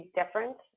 different